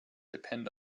depend